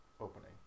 Opening